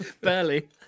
Barely